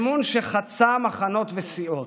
אמון שחצה מחנות וסיעות.